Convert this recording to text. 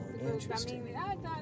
interesting